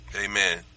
Amen